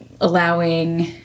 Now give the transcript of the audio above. allowing